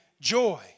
joy